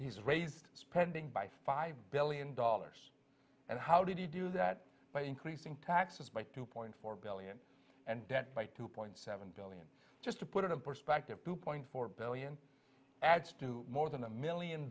he's raised spending by five billion dollars and how do you do that by increasing taxes by two point four billion and debt by two point seven billion just to put it in perspective two point four billion adds to more than a million